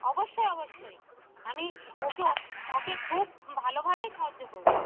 অবশ্যই অবশ্যই আমি ওকে ওকে খুব ভালোভাবেই সাহায্য করবো